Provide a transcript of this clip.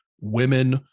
women